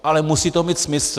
Ale musí to mít smysl.